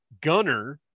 gunner